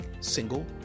single